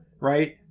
right